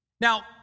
Now